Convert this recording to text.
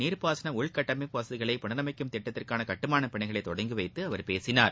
நீர்பாசன உள்கட்டமைப்பு வசதிகளை புனரமைக்கும் திட்டத்திற்கான கட்டுமானப்பணிகளை தொடங்கிவைத்து அவர் பேசினார்